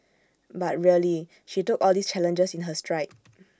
but really she took all these challenges in her stride